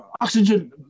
oxygen